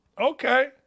Okay